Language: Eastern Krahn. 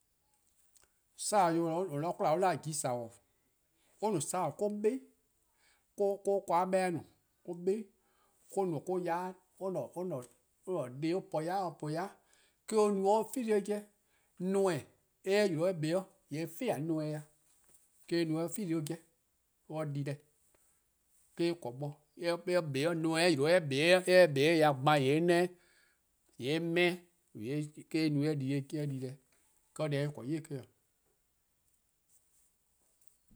Saworn: :yor :or :ne-a 'de 'kwla an 'da-dih-a 'jii-saworn, :or-a: no saworn :or 'beh 'i, ka :or-a' ken-dih 'beh-a no, or 'beh 'i, or-a'a: deh or po-a yai', or po-a yai, me-: or no or 'feed-dih or 'jeh. Neme:, :mor eh 'yle eh kpa 'o, :yee' eh fean'-dih neme 'dlu-dih, ka eh no eh feed-dih eh 'jeh, 'de or di deh. eh-: eh :korn 'o bo, :mor eh 'kpa 'o :mor neme 'yle eh kpa'de eh ya 'gban :yee' eh 'neh 'o 'weh, :yee' eh 'meh-'. Ka eh no 'de eh di deh. Ka deh deh eh :korn 'o be eh-: 'o. '